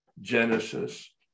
Genesis